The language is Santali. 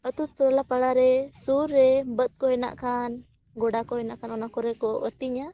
ᱟᱛᱳ ᱴᱚᱞᱟ ᱯᱟᱲᱟᱨᱮ ᱥᱩᱨ ᱨᱮ ᱵᱟᱹᱫᱽ ᱠᱚ ᱦᱮᱱᱟᱜ ᱠᱷᱟᱱ ᱜᱚᱰᱟ ᱠᱚ ᱦᱮᱱᱟᱜ ᱠᱷᱟᱱ ᱚᱱᱟ ᱠᱚᱨᱮ ᱠᱚ ᱟᱹᱛᱤᱧᱟ